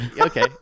Okay